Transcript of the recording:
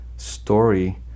story